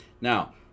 Now